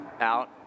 out